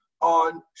on